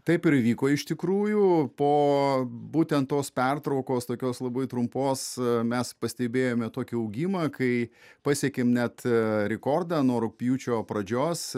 taip ir įvyko iš tikrųjų po būtent tos pertraukos tokios labai trumpos mes pastebėjome tokį augimą kai pasiekėm net rekordą nuo rugpjūčio pradžios